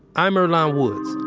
i'm earlonne woods.